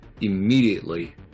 immediately